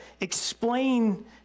explain